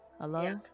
hello